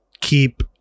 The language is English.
keep